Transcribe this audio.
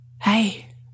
Hey